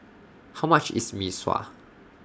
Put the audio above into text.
How much IS Mee Sua